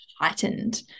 heightened